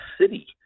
city